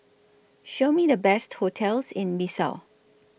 Show Me The Best hotels in Bissau